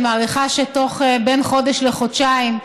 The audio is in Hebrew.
אני מעריכה שבעוד בין חודש לחודשיים,